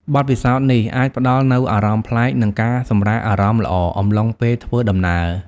បទពិសោធន៍នេះអាចផ្ដល់នូវ អារម្មណ៍ប្លែក និងការ សម្រាកអារម្មណ៍ល្អ អំឡុងពេលធ្វើដំណើរ។